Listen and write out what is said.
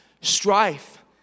strife